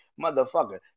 motherfucker